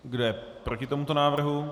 Kdo je proti tomuto návrhu?